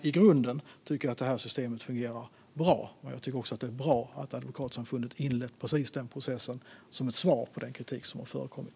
I grunden tycker jag att systemet fungerar bra, men det är bra att Advokatsamfundet har inlett denna process som ett svar på den kritik som har förekommit.